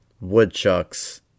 woodchucks